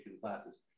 classes